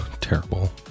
Terrible